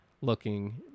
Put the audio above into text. looking